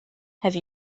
have